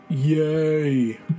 Yay